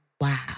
wow